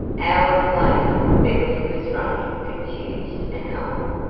hours later beverly was running, confused and humbled,